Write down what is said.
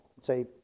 say